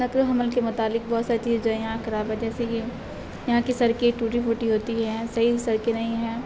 نقل و حمل کے متعلق بہت ساری چیزیں جو ہیں یہاں کرابہ جیسے کہ یہاں کی سڑکیں ٹوٹی فوٹی ہوتی ہے صحیح سڑکیں نہیں ہیں